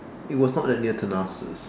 it was not that near Thanasis